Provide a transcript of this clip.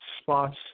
spots